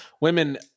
women